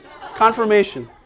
Confirmation